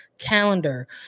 calendar